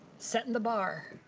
setting the bar.